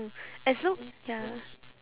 as long ya